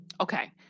okay